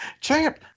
Champ